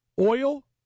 oil